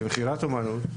במכירת אמנות,